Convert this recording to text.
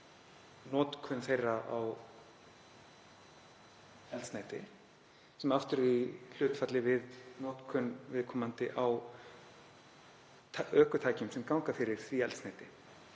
notkun þeirra á eldsneyti sem er aftur í hlutfalli við notkun viðkomandi á ökutækjum sem ganga fyrir því eldsneyti.